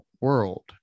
world